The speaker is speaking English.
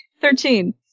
Thirteen